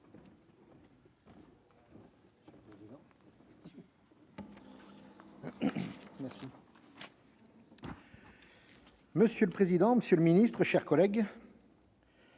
Monsieur le président, monsieur le ministre, mes chers collègues,